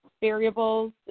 variables